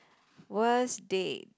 worst date